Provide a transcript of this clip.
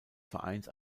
vereins